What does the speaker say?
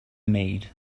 maid